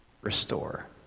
restore